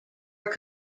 were